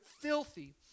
filthy